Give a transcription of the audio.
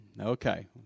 Okay